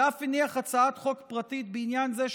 ואף הניח הצעת חוק פרטית בעניין זה,